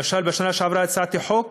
למשל, בשנה שעברה הצעתי חוק